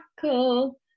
cool